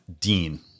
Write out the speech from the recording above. Dean